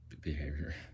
behavior